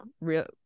real